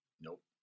nope